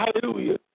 Hallelujah